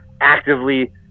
actively